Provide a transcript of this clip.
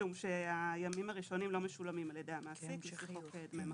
משום שהימים הראשונים לא משולמים על-ידי המעסיק לפי חוק דמי מחלה.